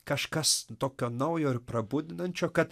kažkas tokio naujo ir prabudinančio kad